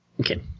Okay